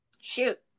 Shoot